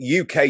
UK